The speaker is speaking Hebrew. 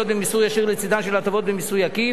במיסוי ישיר לצדן של הטבות במיסוי עקיף.